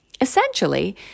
Essentially